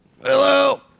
Hello